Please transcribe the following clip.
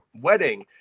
wedding